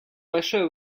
большое